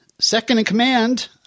second-in-command